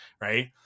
Right